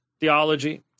theology